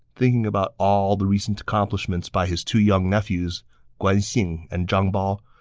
thinking about all the recent accomplishments by his two young nephews guan xing and zhang bao,